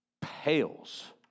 pales